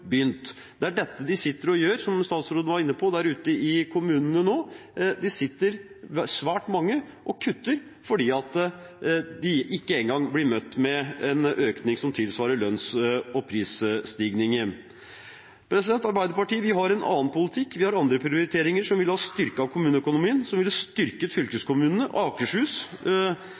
Det er dette de sitter og gjør, som statsråden var inne på, der ute i kommunene nå. Det sitter svært mange og kutter fordi de ikke engang blir møtt med en økning som tilsvarer lønns- og prisstigningen. Arbeiderpartiet har en annen politikk. Vi har andre prioriteringer, som ville ha styrket kommuneøkonomien, som ville ha styrket fylkeskommunene. Akershus